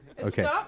Okay